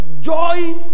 joy